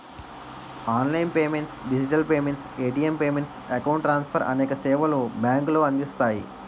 online payments digital payments, ATM payments, account transfer అనేక సేవలు బ్యాంకులు అందిస్తాయి